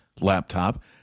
laptop